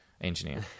engineer